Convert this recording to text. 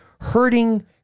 hurting